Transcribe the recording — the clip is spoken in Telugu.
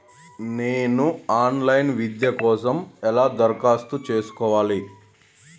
నేను ఆన్ లైన్ విద్య కోసం ఎలా దరఖాస్తు చేసుకోవాలి?